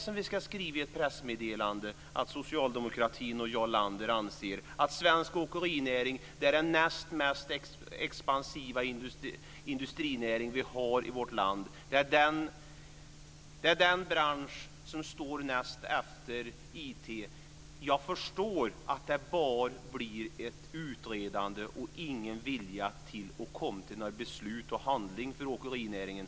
Ska vi skriva i ett pressmeddelande att socialdemokratin och Jarl Lander anser att svensk åkerinäring är den näst mest expansiva industrinäring vi har i vårt land, den bransch som står näst efter IT? Jag förstår att det bara blir ett utredande och ingen vilja till att fatta beslut och handling för åkerinäringen.